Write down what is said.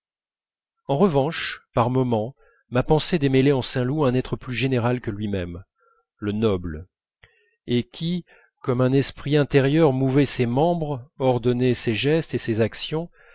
en revanche par moment ma pensée démêlait en saint loup un être plus général que lui-même le noble et qui comme un esprit intérieur mouvait ses membres ordonnait ses gestes et ses actions